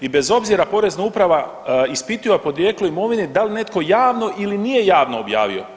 I bez obzira Porezna uprava ispituje podrijetlo imovine da li netko javno ili nije javno objavio.